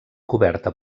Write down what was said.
coberta